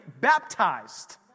baptized